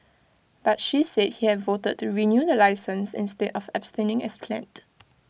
but she said he had voted to renew the licence instead of abstaining as planned